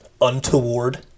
untoward